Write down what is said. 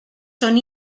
són